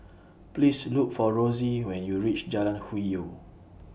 Please Look For Rosey when YOU REACH Jalan Hwi Yoh